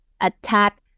attack